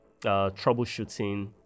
troubleshooting